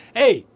hey